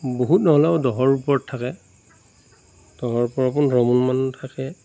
বহুত নহ'লেও দহৰ ওপৰত থাকে দহৰ পৰা পোন্ধৰমোন মান থাকে